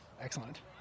Excellent